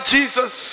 Jesus